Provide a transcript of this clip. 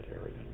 area